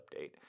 update